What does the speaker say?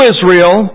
Israel